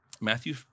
Matthew